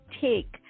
take